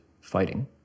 fighting